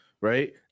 right